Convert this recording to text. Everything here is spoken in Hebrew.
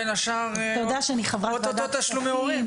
בין השאר עוד מעט תשלומי הורים.